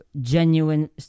genuine